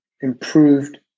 improved